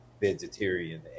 vegetarian